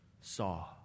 saw